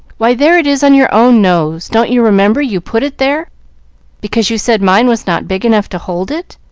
why, there it is on your own nose. don't you remember you put it there because you said mine was not big enough to hold it?